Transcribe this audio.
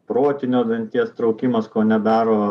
protinio danties traukimas ko nedaro